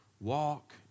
Walk